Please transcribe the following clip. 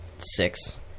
Six